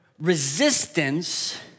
resistance